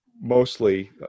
mostly